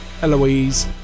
Eloise